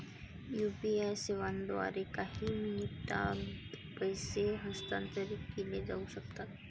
UPI सेवांद्वारे काही मिनिटांत पैसे हस्तांतरित केले जाऊ शकतात